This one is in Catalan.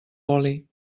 oli